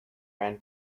ran